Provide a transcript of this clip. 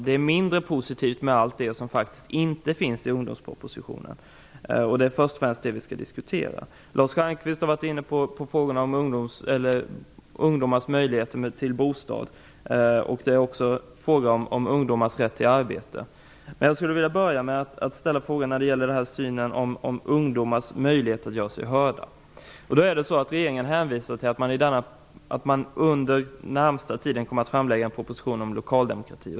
Det är mindre positivt att en hel del faktiskt saknas i ungdomspropositionen. Det är först och främst det vi skall diskutera. Lars Stjernkvist har varit inne på frågan om ungdomars möjlighet att få en bostad. Det gäller också ungdomars rätt till arbete. Jag skulle vilja ställa en fråga om synen på ungdomars möjligheter att göra sig hörda. Regeringen hänvisar till att man inom den närmaste tiden kommer att framlägga en proposition om lokal demokrati.